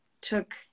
took